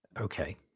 Okay